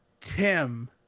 Tim